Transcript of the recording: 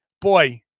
Boy